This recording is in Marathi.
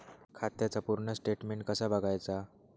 खात्याचा पूर्ण स्टेटमेट कसा बगायचा?